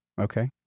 Okay